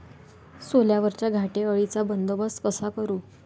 सोल्यावरच्या घाटे अळीचा बंदोबस्त कसा करू?